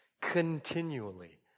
continually